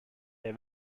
der